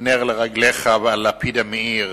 נר לרגליך והלפיד המאיר